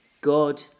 God